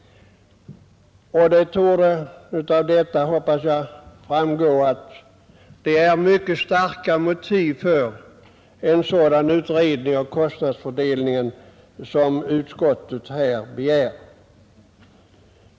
Och det torde av dem, hoppas jag, framgå att det finns mycket starka motiv för en sådan utredning om kostnadsfördelningen som utskottet här begär.